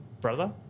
brother